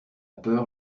peur